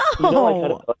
No